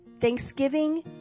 Thanksgiving